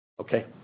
Okay